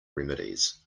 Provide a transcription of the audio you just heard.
remedies